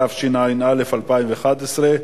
התשע"א 2011,